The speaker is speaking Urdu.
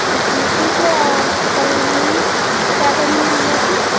جی ٹھیک ہے کل ایوینگ میں کیا ٹائمنگ رہیں گی آپ کی